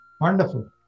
Wonderful